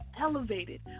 elevated